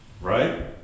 Right